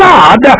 God